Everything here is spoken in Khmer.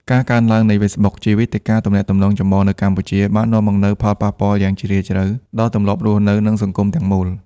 ការកើនឡើងនៃ Facebook ជាវេទិកាទំនាក់ទំនងចម្បងនៅកម្ពុជា បាននាំមកនូវ ផលប៉ះពាល់យ៉ាងជ្រាលជ្រៅ ដល់ទម្លាប់រស់នៅ និងសង្គមទាំងមូល។